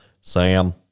Sam